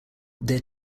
their